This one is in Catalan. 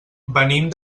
venim